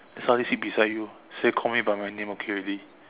then suddenly sit beside you say call me by my name okay already